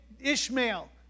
Ishmael